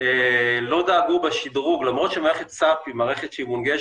לא דאגו בשידרוג, למרות שמערכת סאפ מונגשת,